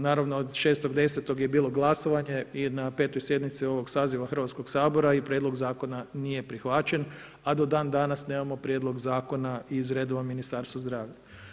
Naravno, od 6.10. je bilo glasovanje i na petoj sjednici ovog saziva Hrvatskog sabora i prijedlog zakona nije prihvaćen, a do dan danas nemamo prijedlog zakona iz redova Ministarstva zdravlja.